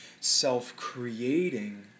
self-creating